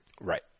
right